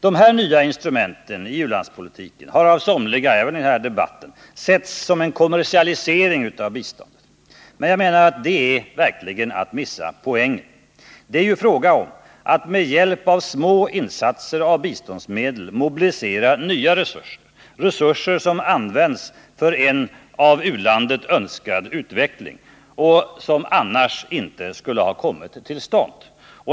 Dessa nya instrument i u-landspolitiken har av somliga — även i den här debatten — setts som en kommersialisering av biståndet. Men det är verkligen att missa poängen. Det är ju fråga om att med hjälp av små insatser av biståndsmedel mobilisera nya resurser — resurser som används för en av u-landet önskad utveckling, som annars inte skulle ha kommit till stånd.